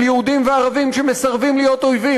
של יהודים וערבים שמסרבים להיות אויבים,